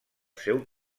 seu